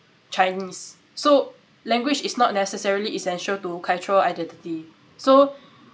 chinese so language is not necessarily essential to cultural identity so